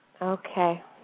Okay